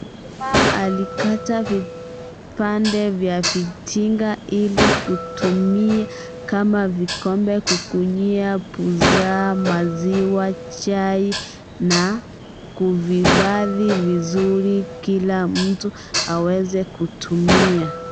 Mkulima alikata vipande vya vitinga ili kutumia kama vikombe kukunyia busaa, maziwa, chai na kuvivadhi vizuri kila mtu aweze kutumia.